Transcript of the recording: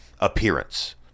appearance